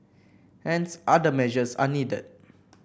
hence other measures are needed